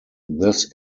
this